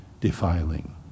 defiling